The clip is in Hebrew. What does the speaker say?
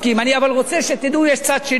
אבל אני רוצה שתדעו שיש צד שני.